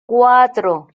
cuatro